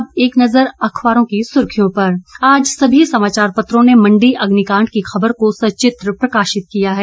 अब एक नजर अखबारों की सुर्खियों पर आज सभी समाचार पत्रों ने मंडी अग्निकांड की खबर को सचित्र प्रकाशित किया है